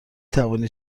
توانی